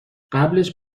قبلش